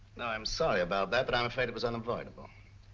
i'm sorry about that but i'm afraid it was unavoidable.